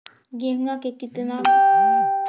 गेहूमा के कितना किसम होबै है?